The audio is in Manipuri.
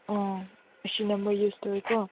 ꯎꯝ ꯑꯁꯤ ꯅꯝꯕꯔ ꯌꯨꯁ ꯇꯧꯏꯀꯣ